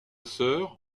sœur